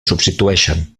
substitueixen